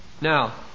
Now